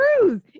cruise